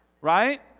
right